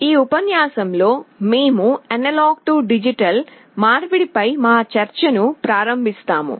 ఈ ఉపన్యాసంలో మేము అనలాగ్ టు డిజిటల్ మార్పిడిపై మా చర్చను ప్రారంభిస్తాము